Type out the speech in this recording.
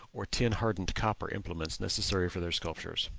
or tin-hardened copper implements necessary for their sculptures.